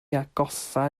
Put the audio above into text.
atgoffa